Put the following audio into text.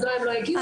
מדוע לא הגיעו.